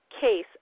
case